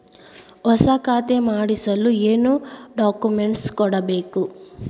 ಹೊಸ ಖಾತೆ ಮಾಡಿಸಲು ಏನು ಡಾಕುಮೆಂಟ್ಸ್ ಕೊಡಬೇಕು?